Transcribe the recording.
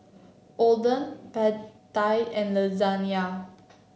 Oden Pad Thai and Lasagna